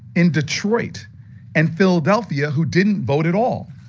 in detroit and philadelphia who didn't vote at all.